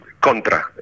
Contra